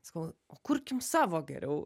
sakau o kurkim savo geriau